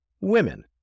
women